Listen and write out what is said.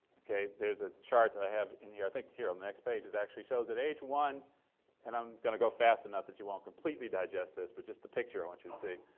okay? there's a chart that i have in here, i think here, on the next page it actually shows at age one and i'm gonna go fast enough that you won't completely digest this, but just picture i want you to see.